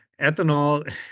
Ethanol